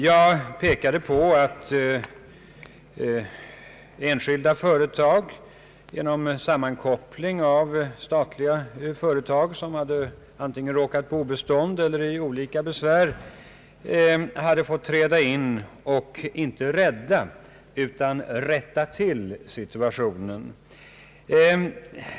Jag pekade på att enskilda företag genom sammankoppling av statliga företag, vilka hade antingen råkat i obestånd eller i andra besvär, hade fått träda in och inte rädda utan rätta till situationen.